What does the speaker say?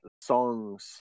songs